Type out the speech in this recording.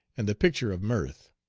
and the picture of mirth.